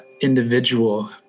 individual